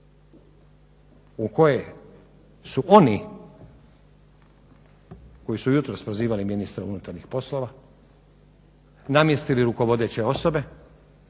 u koje su oni koji su jutros prozivali ministra unutarnjih poslova namjestili rukovodeće osobe